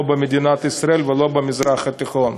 לא במדינת ישראל ולא במזרח התיכון.